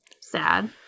sad